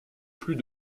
plus